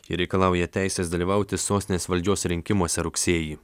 ir reikalauja teisės dalyvauti sostinės valdžios rinkimuose rugsėjį